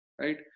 right